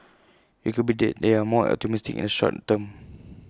IT could be that they're more optimistic in the short term